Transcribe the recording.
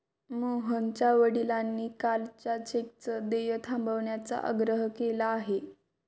मोहनच्या वडिलांनी कालच्या चेकचं देय थांबवण्याचा आग्रह केला आहे